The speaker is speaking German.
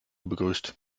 begrüßt